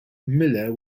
miller